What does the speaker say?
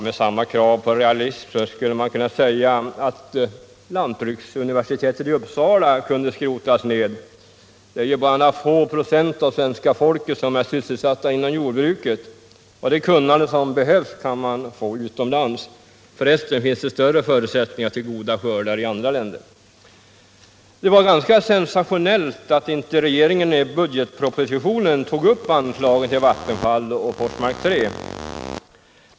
Med samma krav på realism skulle man kunna säga att lantbruksuniversitetet i Uppsala kunde skrotas ner. Det är ju bara några få procent av svenska folket som är sysselsatta inom jordbruket. Det kunnande som behövs kan man få utomlands. Förresten finns det större förutsättningar till goda skördar i andra länder. Det är ganska sensationellt att inte regeringen i budgetpropositionen tog upp anslagen till Vattenfall och Forsmark 3.